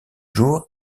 jours